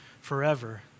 forever